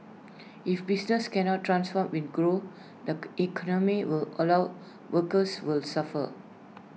if businesses cannot transform and grow the economy will allow workers will suffer